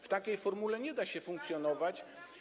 W takiej formule nie da się funkcjonować.